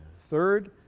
third,